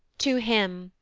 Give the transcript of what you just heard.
to him,